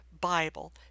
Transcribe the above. Bible